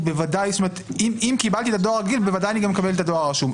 זאת אומרת שאם קיבלתי דואר רגיל אז בוודאי אקבל גם דואר רשום.